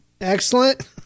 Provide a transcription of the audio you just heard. Excellent